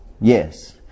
yes